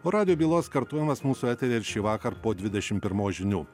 o radijo bylos kartojimas mūsų eteryje ir šįvakar po dvidešimt pirmos žinių